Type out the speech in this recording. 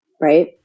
right